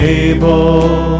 able